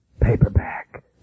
paperback